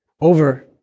over